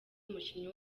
umukinnyi